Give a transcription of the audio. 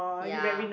ya